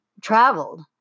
traveled